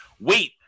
wait